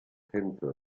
centro